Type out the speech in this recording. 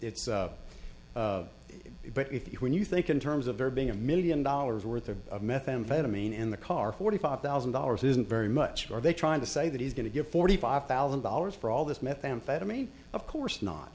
you when you think in terms of there being a million dollars worth of methamphetamine in the car forty five thousand dollars isn't very much are they trying to say that he's going to give forty five thousand dollars for all this methamphetamine of course not